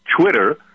Twitter